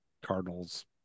Cardinals